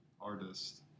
artist